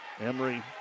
Emery